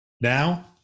Now